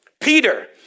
Peter